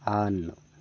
on